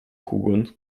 hugon